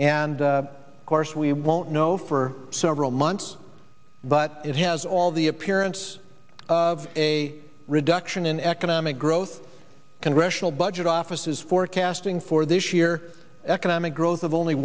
and of course we won't know for several months but it has all the appearance of a reduction in economic growth congressional budget office is forecasting for this year economic growth of only